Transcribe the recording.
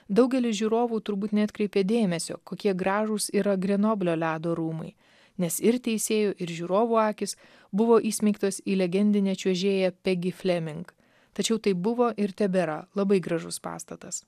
daugelis žiūrovų turbūt neatkreipė dėmesio kokie gražūs yra grenoblio ledo rūmai nes ir teisėjų ir žiūrovų akys buvo įsmeigtos į legendinę čiuožėją pegi fleming tačiau tai buvo ir tebėra labai gražus pastatas